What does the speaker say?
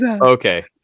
Okay